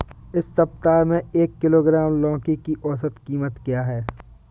इस सप्ताह में एक किलोग्राम लौकी की औसत कीमत क्या है?